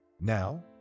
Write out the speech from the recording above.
Now